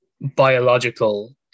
biological